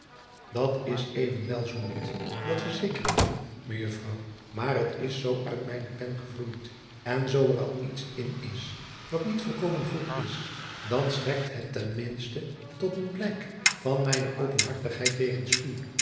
dat is evenwel zoo niet dat verzeker ik u mejuffrouw maar het is zoo uit mijne pen gevloeid en zoo er al iets in is dat niet volkomen goed is dan strekt het ten minste tot een blijk van mijne openhartigheid jegens u